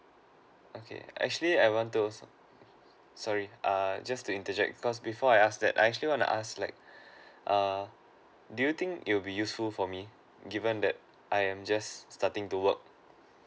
okay actually I want to sorry err just to interject because before I ask that I actually wanna ask like err do you think it will be useful for me given that I am just starting to work